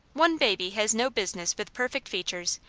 one baby has no business with perfect features,